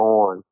on